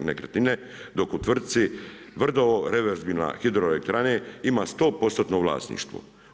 NEKRETNINE dok u tvrtci Vrdovo reverzibilne hidroelektrane ima 100% vlasništvo.